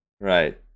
right